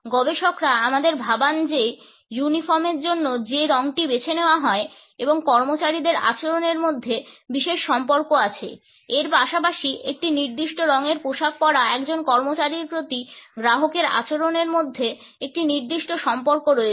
গবেষকরা আমাদের ভাবান যে ইউনিফর্মের জন্য যে রঙটি বেছে নেওয়া হয় এবং কর্মচারীদের আচরণের মধ্যে বিশেষ সম্পর্ক আছে এর পাশাপাশি একটি নির্দিষ্ট রঙের পোশাক পরা একজন কর্মচারীর প্রতি গ্রাহকের আচরণের মধ্যে একটি নির্দিষ্ট সম্পর্ক রয়েছে